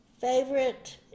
Favorite